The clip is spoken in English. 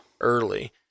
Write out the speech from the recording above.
early